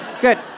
good